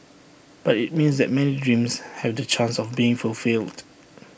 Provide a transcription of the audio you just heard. but IT means that many dreams have the chance of being fulfilled